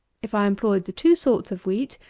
if i employed the two sorts of wheat,